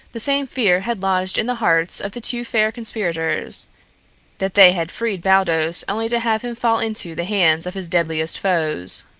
the same fear had lodged in the hearts of the two fair conspirators that they had freed baldos only to have him fall into the hands of his deadliest foes.